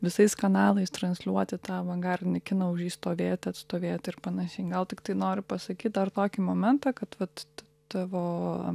visais kanalais transliuoti tą avangardinį kiną už jį stovėti atstovėt ir panašiai gal tiktai noriu pasakyt dar tokį momentą kad vat t tavo